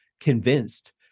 convinced